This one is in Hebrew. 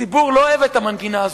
הציבור לא אוהב את המנגינה הזאת,